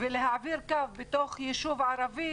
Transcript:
ולהעביר קו בתוך יישוב ערבי,